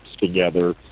together